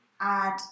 add